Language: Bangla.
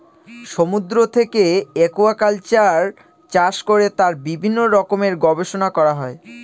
সমুদ্র থেকে একুয়াকালচার চাষ করে তার বিভিন্ন রকমের গবেষণা করা হয়